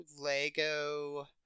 LEGO